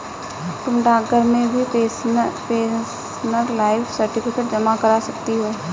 तुम डाकघर में भी पेंशनर लाइफ सर्टिफिकेट जमा करा सकती हो